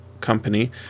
company